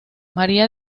maría